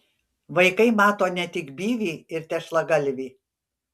vaikai mato ne tik byvį ir tešlagalvį